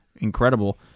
Incredible